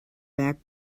back